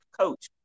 coach